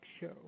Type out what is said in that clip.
show